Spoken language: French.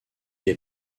est